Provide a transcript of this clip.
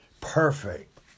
perfect